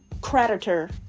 creditor